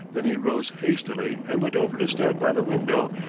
then he rose hastily, and went over to stand by the window,